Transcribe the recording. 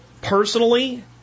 Personally